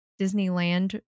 Disneyland